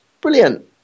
Brilliant